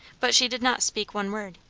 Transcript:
but she did not speak one word,